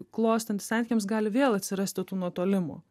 klostantis santykiams gali vėl atsirasti tų nutuolimų